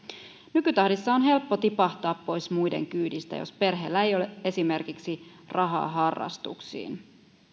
nykytahdissa on helppo tipahtaa pois muiden kyydistä jos perheellä ei ole esimerkiksi rahaa harrastuksiin